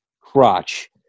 crotch